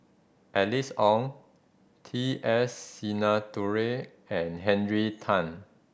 Alice Ong T S Sinnathuray and Henry Tan